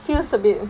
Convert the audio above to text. feels a bit